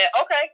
okay